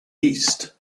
east